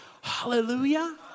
Hallelujah